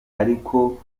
ariko